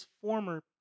former